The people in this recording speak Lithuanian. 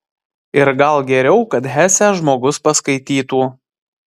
ir gal geriau kad hesę žmogus paskaitytų